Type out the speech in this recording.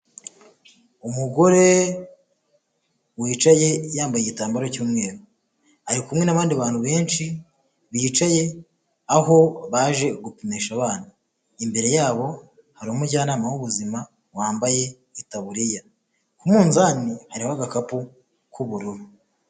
Umugore wicaye yambaye igitambaro cy'umweru, ari kumwe n'abandi bantu benshi bicaye aho baje gupimisha abana. Imbere yabo hari umujyanama w'ubuzima wambaye itaburiya, ku munzani hariho agakapu k'ubururu.